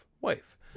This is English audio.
wife